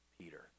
Peter